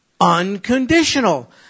unconditional